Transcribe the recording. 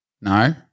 no